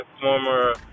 former